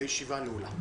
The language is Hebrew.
הישיבה נעולה.